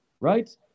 right